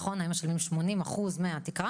נכון היום משלמים 80% מהתקרה?